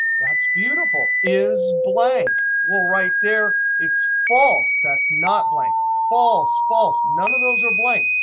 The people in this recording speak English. that's beautiful. is blank? well, right there it's false. that's not blank. false, false, none of those are blank.